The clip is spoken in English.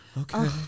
okay